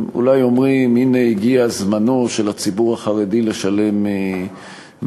הם אולי אומרים: הנה הגיע זמנו של הציבור החרדי לשלם מחיר,